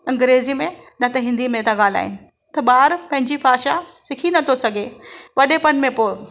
अग्रेंज़ी में न त हिंदीअ में था ॻाल्हाइनि त ॿारु पंहिंजी भाषा सिखी नथो सघे वॾेपणु में पोइ